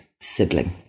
sibling